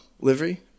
Livery